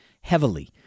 heavily